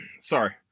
sorry